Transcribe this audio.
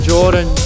Jordan